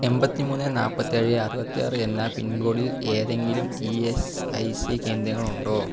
എൺപത്തിമൂന്ന് നാൽപ്പത്തേഴ് അറുപത്താറ് എന്ന പിൻകോഡിൽ ഏതെങ്കിലും ഇ എസ് ഐ സി കേന്ദ്രങ്ങളുണ്ടോ